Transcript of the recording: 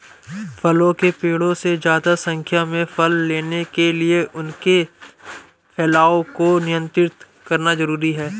फलों के पेड़ों से ज्यादा संख्या में फल लेने के लिए उनके फैलाव को नयन्त्रित करना जरुरी है